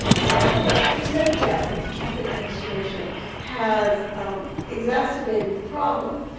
nevertheless, there's no doubt that the trump administration has exacerbated the problem.